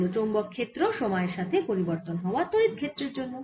এই হল চৌম্বক ক্ষেত্র সময়ের সাথে পরিবর্তন হওয়া তড়িৎ ক্ষেত্রের জন্য